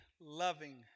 loving